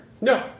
No